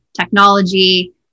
technology